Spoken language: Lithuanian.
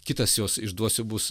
kitas jos išduosiu bus